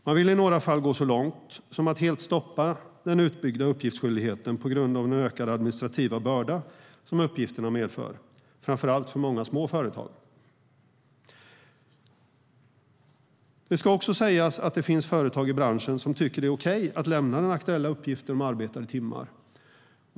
Man vill i några fall gå så långt som att helt stoppa den utbyggda uppgiftsskyldigheten på grund av den ökade administrativa börda som uppgifterna medför, framför allt för många små företag. Det ska också sägas att det finns företag i branschen som tycker det är okej att lämna in den aktuella uppgiften om arbetade timmar.